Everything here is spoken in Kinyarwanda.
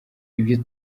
ibyo